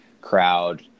crowd